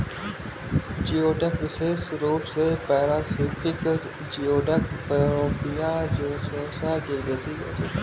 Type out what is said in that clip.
geoduck विशेष रूप से पैसिफिक जियोडक, पैनोपिया जेनेरोसा की खेती करने की प्रथा है